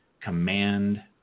command